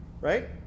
right